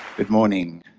good morning.